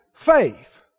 Faith